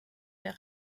der